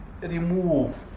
remove